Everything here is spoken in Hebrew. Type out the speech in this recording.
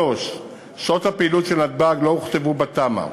3. שעות הפעילות של נתב"ג לא הוכתבו בתמ"א.